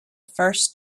first